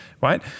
right